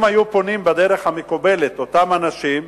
אם היו פונים בדרך המקובלת אותם אנשים,